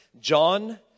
John